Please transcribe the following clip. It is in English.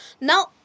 Now